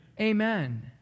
Amen